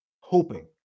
hoping